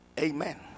Amen